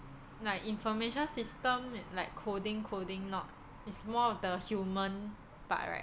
like information system like coding coding not is more of the human part right